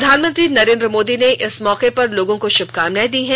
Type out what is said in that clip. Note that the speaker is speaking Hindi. प्रधानमंत्री नरेंद्र मोदी ने इस अवसर पर लोगों को श्भकामनाएं दी हैं